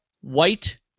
white